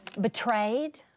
Betrayed